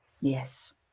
yes